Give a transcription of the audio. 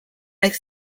makes